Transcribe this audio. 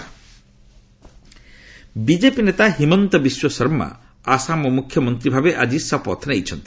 Assam CM BJP ନେତା ହିମନ୍ତ ବିଶ୍ୱଶର୍ମା ଆସାମ ମୁଖ୍ୟମନ୍ତ୍ରୀ ଭାବେ ଆଜି ଶପଥ ନେଇଛନ୍ତି